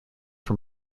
from